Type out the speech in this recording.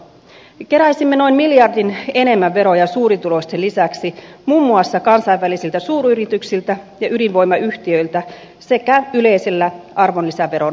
keräisimme noin miljardin enemmän veroja suurituloisten lisäksi muun muassa kansainvälisiltä suuryrityksiltä ja ydinvoimayhtiöiltä sekä yleisellä arvonlisäveron nostolla